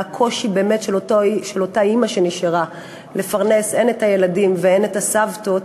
והקושי של אותה אימא שנשארה לפרנס הן את הילדים והן את הסבתות,